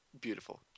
beautiful